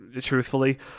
truthfully